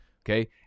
Okay